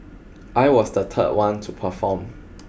I was the third one to perform